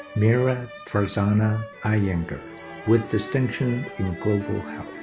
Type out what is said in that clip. meera farzana iyengar with distinction in global